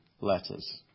letters